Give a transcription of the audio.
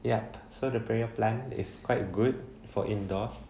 yup so the prayer plant is quite good for indoors